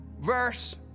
verse